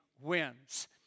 Wins